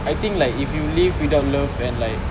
I think like if you live without love and like